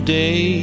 day